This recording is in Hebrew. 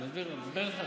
אני מסביר, אני מדבר איתך.